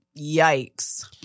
yikes